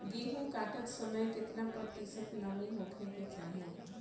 गेहूँ काटत समय केतना प्रतिशत नमी होखे के चाहीं?